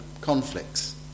Conflicts